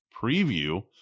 preview